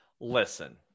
Listen